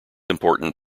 important